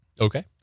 okay